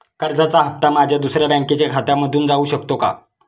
कर्जाचा हप्ता माझ्या दुसऱ्या बँकेच्या खात्यामधून जाऊ शकतो का?